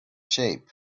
shape